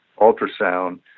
ultrasound